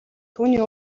түүний